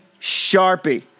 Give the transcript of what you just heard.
Sharpie